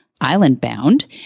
island-bound